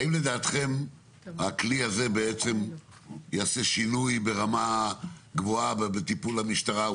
האם לדעתכם הכלי הזה יעשה שינוי ברמה גבוהה בטיפול המשטרה,